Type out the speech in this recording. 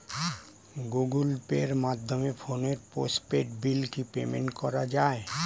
Google পের মাধ্যমে ফোনের পোষ্টপেইড বিল কি পেমেন্ট করা যায়?